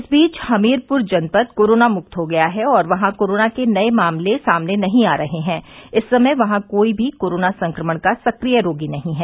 इस बीच हमीरप्र जनपद कोरोना मुक्त हो गया है और वहां कोरोना के नये मामले सामने नहीं आ रहे हैं तथा इस समय वहां कोई भी कोरोना संक्रमण का संक्रिय रोगी नहीं है